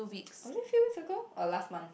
are they few years ago or last month